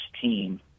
team